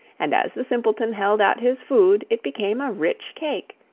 and as the simpleton held out his food it became a rich cake,